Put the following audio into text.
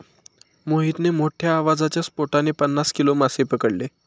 मोहितने मोठ्ठ्या आवाजाच्या स्फोटाने पन्नास किलो मासे पकडले